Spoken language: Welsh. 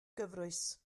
gyfrwys